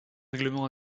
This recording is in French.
règlements